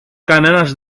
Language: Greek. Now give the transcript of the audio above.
κανένας